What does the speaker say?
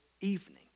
evening